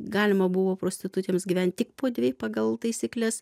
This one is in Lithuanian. galima buvo prostitutėms gyvent tik po dvi pagal taisykles